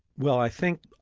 well i think,